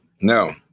No